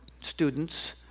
students